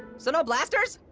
so no blasters?